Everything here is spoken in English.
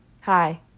Hi